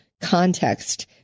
context